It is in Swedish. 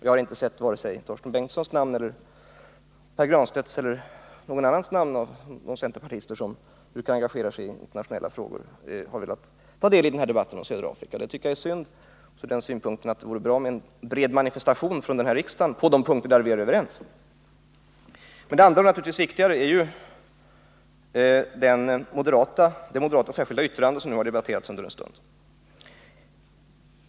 Jag har inte sett att vare sig Torsten Bengtson, Pär Granstedt eller någon annan av de centerpartister som brukar engagera sig i internationella frågor har velat ta del i denna debatt om Sydafrika. Det är synd, från den synpunkten att det vore bra med en bred manifestation från riksdagen på det område där vi är överens. Men vad som naturligtvis är viktigare är det moderata särskilda yttrandet, som nu har debatterats en stund.